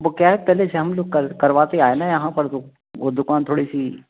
वो क्या है पहले से हम लोग कल करवाते आए ना यहाँ पर तो वो दुकान थोड़ी सी